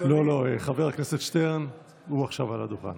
חבר הכנסת שטרן, הוא עכשיו על הדוכן.